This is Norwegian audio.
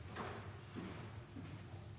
Takk